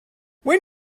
when